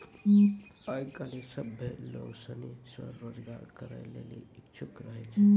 आय काइल सभ्भे लोग सनी स्वरोजगार करै लेली इच्छुक रहै छै